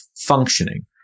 functioning